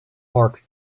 mark